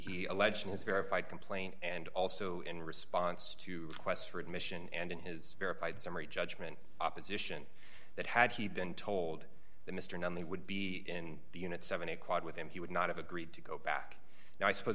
allegedly has verified complaint and also in response to quest for admission and in his verified summary judgment opposition that had he been told that mr non they would be in the unit seventy quad with him he would not have agreed to go back now i suppose